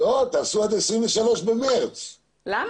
מה קרה?